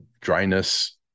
dryness